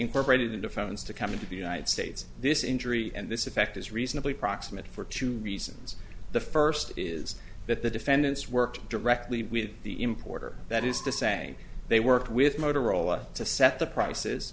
incorporated into phones to come into the united states this injury and this effect is reasonably proximate for two reasons the first is that the defendants worked directly with the importer that is to say they worked with motorola to set the prices